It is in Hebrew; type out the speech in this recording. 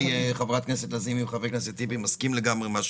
חברת הכנסת לזימי וחבר הכנסת טיבי שאני מסכים איתם.